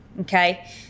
okay